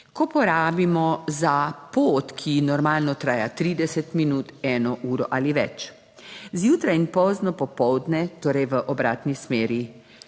ko porabimo za pot, ki normalno traja 30 minut, eno uro ali več, zjutraj in pozno popoldne, torej v obratni smeri.